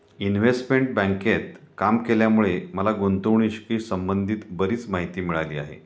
investment बँकेत काम केल्यामुळे मला गुंतवणुकीशी संबंधित बरीच माहिती मिळाली आहे